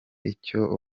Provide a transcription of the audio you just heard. icyo